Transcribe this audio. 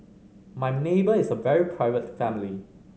my neighbour is a very private family